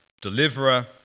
deliverer